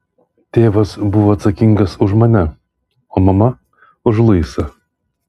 tėvas buvo atsakingas už mane o mama už luisą